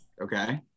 Okay